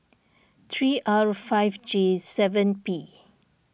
three R five J seven P